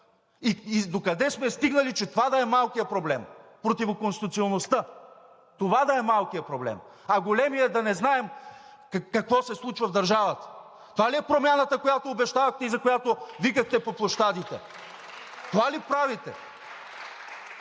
И докъде сме стигнали, че това да е малкият проблем – противоконституционността? Това да е малкият проблем. Големият – да не знаем какво се случва в държавата. Това ли е промяната, която обещахте и за която викахте по площадите? (Ръкопляскания